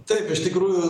taip iš tikrųjų